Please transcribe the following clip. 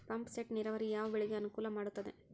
Pump set ನೇರಾವರಿ ಯಾವ್ ಬೆಳೆಗೆ ಅನುಕೂಲ ಮಾಡುತ್ತದೆ?